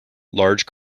large